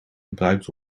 gebruikt